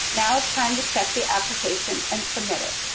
now it's time to check the application and submit it.